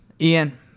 Ian